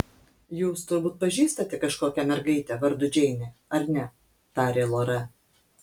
jūs turbūt pažįstate kažkokią mergaitę vardu džeinė ar ne tarė lora